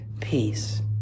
peace